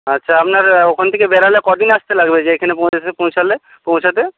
আচ্ছা আপনার ওখান থেকে বেরোলে কদিন আসতে লাগবে যে এইখানে পৌঁছলে পৌঁছতে